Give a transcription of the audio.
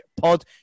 Pod